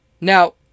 Now